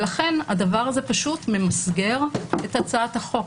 ולכן הדבר הזה פשוט ממסגר את הצעת החוק.